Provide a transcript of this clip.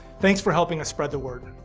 thanks for helping us spread the word.